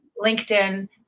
LinkedIn